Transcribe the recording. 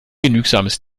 genügsames